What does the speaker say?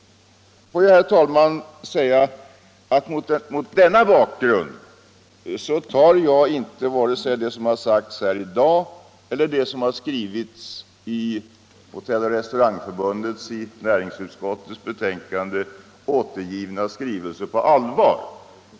Får jag, herr talman, säga att mot den bakgrunden tar jag inte vare sig det som sagts här i dag eller det som står i Sveriges hotelloch restaurangförbunds i näringsutskottets betänkande återgivna skrivelse på allvar.